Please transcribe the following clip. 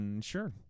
Sure